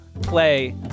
play